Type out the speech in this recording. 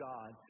God